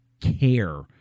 care